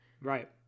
right